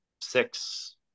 six